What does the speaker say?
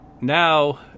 Now